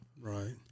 Right